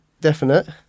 definite